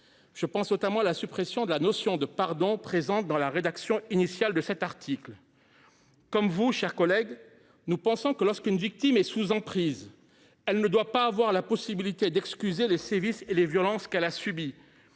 Je pense notamment à la suppression de la notion de « pardon », présente dans la rédaction initiale de l’article. Comme vous, chers collègues, nous pensons que, lorsqu’une victime est sous emprise, elle ne doit pas avoir la possibilité d’excuser les sévices et les violences qu’elle a subis.